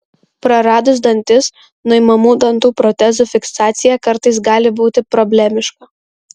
praradus dantis nuimamų dantų protezų fiksacija kartais gali būti problemiška